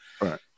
Right